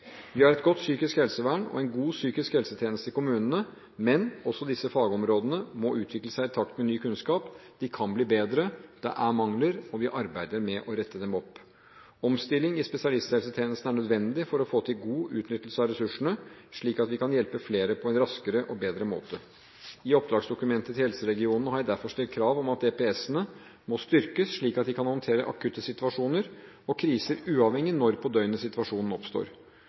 Vi har et godt psykisk helsevern og en god psykisk helsetjeneste i kommunene, men også disse fagområdene må utvikle seg i takt med ny kunnskap. De kan bli bedre. Det er mangler, og vi arbeider med å rette dem opp. Omstilling i spesialisthelsetjenesten er nødvendig for å få til god utnyttelse av ressursene, slik at vi kan hjelpe flere på en raskere og bedre måte. I oppdragsdokumentet til helseregionene har jeg derfor stilt krav om at DPS-ene, de distriktpsykiatriske sentrene, må styrkes, slik at de kan håndtere akutte situasjoner og kriser, uavhengig av når på døgnet situasjonen oppstår.